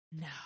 No